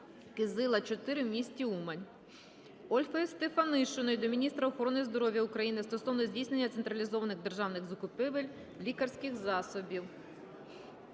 Кизила, 4 в місті Умань. Ольги Стефанишиної до міністра охорони здоров'я України стосовно здійснення централізованих державних закупівель лікарських засобів.